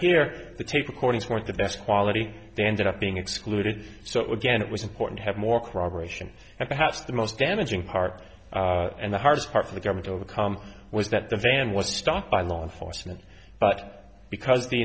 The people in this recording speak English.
here the tape recordings weren't the best quality they ended up being excluded so again it was important to have more cooperation and perhaps the most damaging part and the hardest part for the government overcome was that the van was stopped by law enforcement but because the